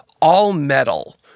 all-metal